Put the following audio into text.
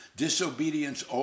disobedience